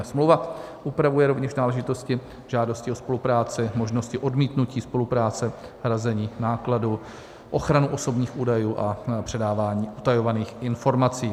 Smlouva upravuje rovněž náležitosti žádosti o spolupráci, možnosti odmítnutí spolupráce, hrazení nákladů, ochranu osobních údajů a předávání utajovaných informací.